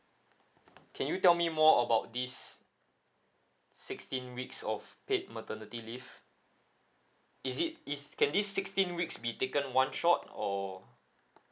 can you tell me more about this sixteen weeks of paid maternity leave is it is can this sixteen weeks be taken one shot or